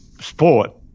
sport